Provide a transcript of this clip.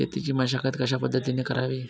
शेतीची मशागत कशापद्धतीने करावी?